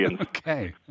Okay